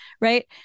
Right